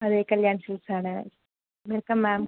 അതെ കല്യാൺ സിൽക്സ് ആണ് വെൽകം മാം